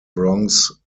bronx